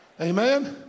Amen